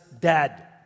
dead